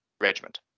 regiment